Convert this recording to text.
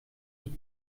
die